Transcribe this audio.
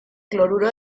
cloruro